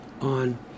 On